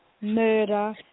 murder